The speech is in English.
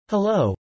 Hello